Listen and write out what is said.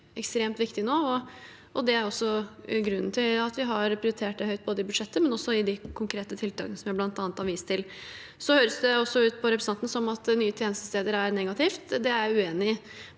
ekstremt viktig nå. Det er også grunnen til at vi har prioritert det høyt både i budsjettet og i de konkrete tiltakene jeg bl.a. har vist til. Det høres også ut på representanten som at nye tjenestesteder er negativt. Det er jeg uenig i.